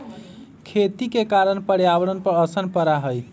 खेती के कारण पर्यावरण पर असर पड़ा हई